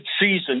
season